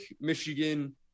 Michigan